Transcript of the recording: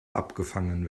abgefangen